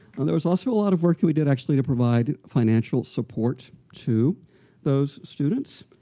and there was also a lot of work and we did, actually, to provide financial support to those students.